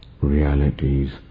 realities